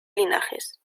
linajes